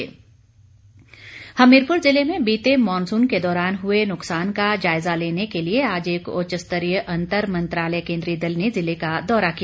नकसान जायजा हमीरपुर ज़िले में बीते मॉनसून के दौरान हुए नुकसान का जायज़ा लेने के लिए आज एक उच्च स्तरीय अंतर मंत्रालय केन्द्रीय दल ने ज़िले का दौरा किया